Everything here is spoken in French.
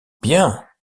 bien